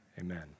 Amen